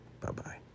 Bye-bye